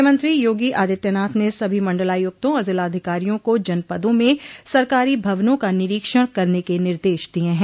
मुख्यमंत्री योगी आदित्यनाथ ने सभी मंडलायुक्तों और जिलाधिकारियों को जनपदों में सरकारी भवनों का निरीक्षण करने के निर्देश दिये हैं